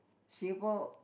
Singapore